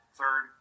third